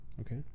Okay